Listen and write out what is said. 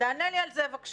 תענה לי על זה בבקשה.